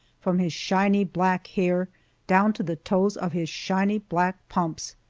from his shiny black hair down to the toes of his shiny black pumps!